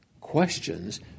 questions